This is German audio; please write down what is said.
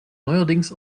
neuerdings